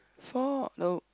four nope